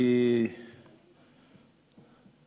כי אותך קשה לתקוף.